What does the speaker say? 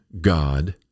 God